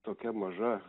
tokia maža